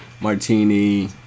Martini